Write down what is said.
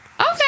Okay